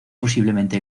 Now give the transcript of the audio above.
posiblemente